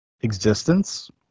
existence